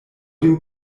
dem